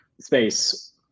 space